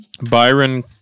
Byron